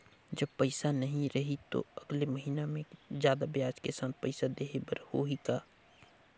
जब पइसा नहीं रही तो अगले महीना मे जादा ब्याज के साथ पइसा देहे बर होहि का?